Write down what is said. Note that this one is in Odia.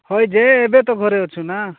ହଇ ଯେ ଏବେ ତ ଘରେ ଅଛୁ ନା